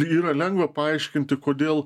yra lengva paaiškinti kodėl